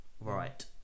Right